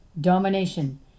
domination